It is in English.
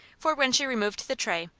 for when she removed the tray,